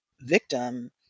victim